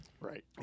Right